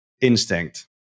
instinct